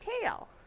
tail